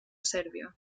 sèrbia